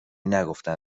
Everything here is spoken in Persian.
نگفتن